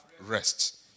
rest